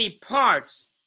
parts